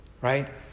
right